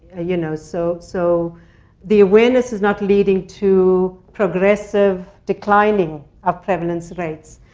you know, so so the awareness is not leading to progressive declining of prevalence rates.